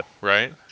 right